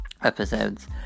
episodes